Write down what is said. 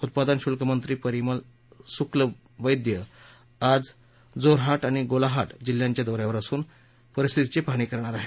उत्पादन शुल्क मंत्री परिमल सुक्ल बैद्य आज जोरहाट आणि गोलाघाट जिल्ह्यांच्या दौन्यावर असून परिस्थितीची पाहणी करणार आहेत